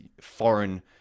foreign